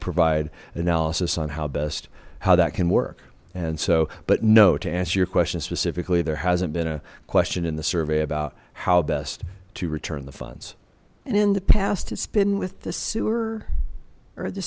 provide analysis on how best how that can work and so but no to answer your question specifically there hasn't been a question in the survey about how best to return the funds and in the past has been with the sewer or the